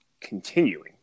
continuing